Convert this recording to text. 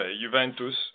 Juventus